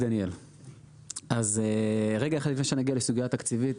לפני שאגיע לסוגיה התקציבית,